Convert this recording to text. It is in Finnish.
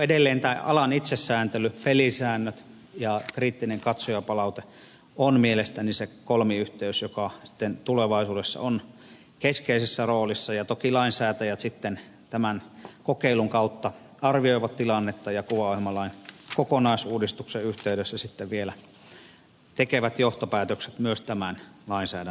edelleen alan itsesääntely pelisäännöt ja kriittinen katsojapalaute ovat mielestäni se kolmiyhteys joka tulevaisuudessa on keskeisessä roolissa ja toki lainsäätäjät sitten tämän kokeilun kautta arvioivat tilannetta ja kuvaohjelmalain kokonaisuudistuksen yhteydessä vielä tekevät johtopäätökset myös tämän lainsäädännön jälkeen